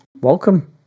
welcome